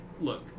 Look